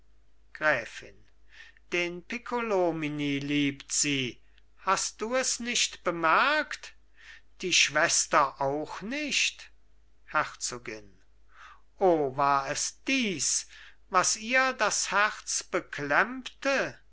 gräfin den piccolomini liebt sie hast du es nicht bemerkt die schwester auch nicht herzogin o war es dies was ihr das herz beklemmte